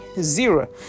zero